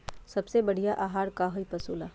सबसे बढ़िया आहार का होई पशु ला?